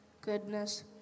goodness